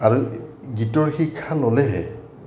আৰু গীতৰ শিক্ষা ল'লেহে